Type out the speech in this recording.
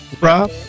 Rob